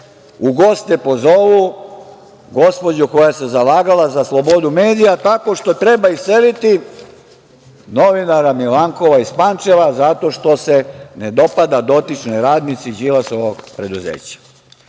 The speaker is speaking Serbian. u goste pozovu gospođu koja se zalagala za slobodu medija tako što treba iseliti novinara Milankova iz Pančeva zato što se ne dopada dotičnoj radnici Đilasovog preduzeća. Dame